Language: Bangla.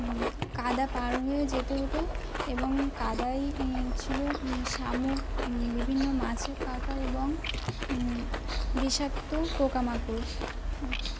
কাদা পার হয়ে যেতে হতো এবং কাদাই ছিল শামুক বিভিন্ন মাছের কাঁটা এবং বিষাক্ত পোকামাকড়